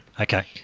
Okay